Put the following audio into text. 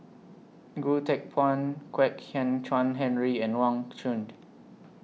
Goh Teck Phuan Kwek Hian Chuan Henry and Wang Chunde